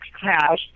cash